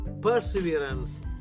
perseverance